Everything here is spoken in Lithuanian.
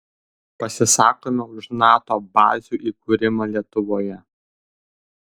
pasisakome už nato bazių įkūrimą lietuvoje